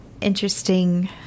interesting